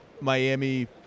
Miami